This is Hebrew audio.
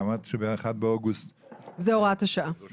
הרי אמרת שב-1 באוגוסט זה מסתיים,